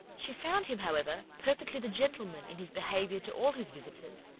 she found him, however, perfectly the gentleman in his behaviour to all his visitors,